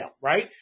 right